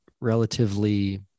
relatively